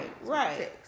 Right